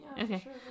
okay